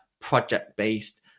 project-based